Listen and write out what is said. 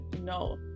no